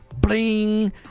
bling